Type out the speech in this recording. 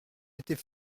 était